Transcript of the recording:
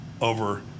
over